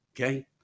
okay